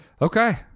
Okay